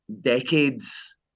decades